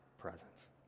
presence